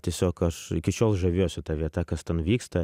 tiesiog aš iki šiol žaviuosi ta vieta kas ten vyksta